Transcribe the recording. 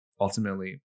ultimately